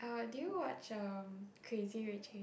uh do you watch um Crazy-Rich-Asian